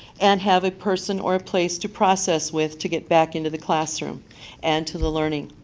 and have a person or place to process with to get back into the classroom and to the learning.